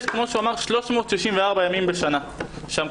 יש כמו שהוא אמר,